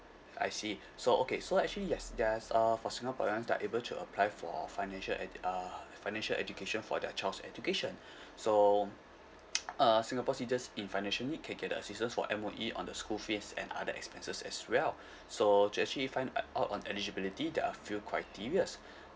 I see so okay so actually yes there's uh for singaporeans they're able to apply for financial ed~ uh financial education for their child's education so uh singapore's citizens in financial need can get assistance from M_O_E on the school fees and other expenses as well so to actually find o~ out on eligibility there are a few criterias